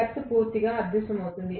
flux పూర్తిగా అదృశ్యమవుతుంది